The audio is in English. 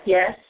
Yes